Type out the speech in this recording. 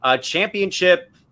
championship